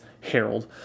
Harold